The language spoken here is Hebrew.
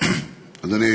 אדוני.